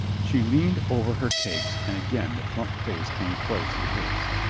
she leaned over her cakes and again the plump face came close to his.